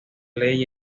ley